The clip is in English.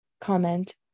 comment